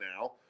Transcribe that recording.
now